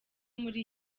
muri